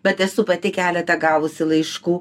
bet esu pati keletą gavusi laiškų